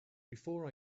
before